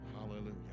Hallelujah